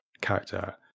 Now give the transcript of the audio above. character